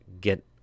get